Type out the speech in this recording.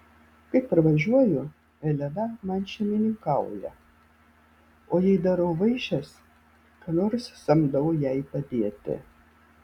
kai parvažiuoju elena man šeimininkauja o jei darau vaišes ką nors samdau jai padėti